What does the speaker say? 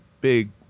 big